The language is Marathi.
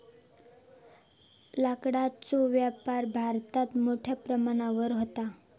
लाकडाचो व्यापार भारतात मोठ्या प्रमाणावर व्हता